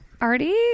Artie